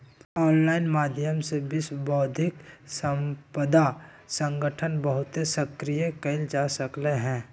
online माध्यम से विश्व बौद्धिक संपदा संगठन बहुते सक्रिय कएल जा सकलई ह